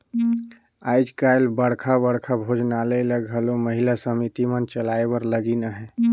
आएज काएल बड़खा बड़खा भोजनालय ल घलो महिला समिति मन चलाए बर लगिन अहें